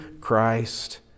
Christ